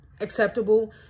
acceptable